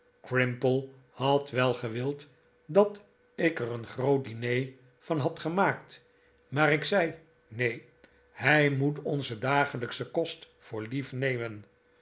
crimple had wel gewild dat ik er een groot diner van had gemaakt maar ik zei neen hij moet onzen dagelijkschen kost voor lief nemen